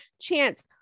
chance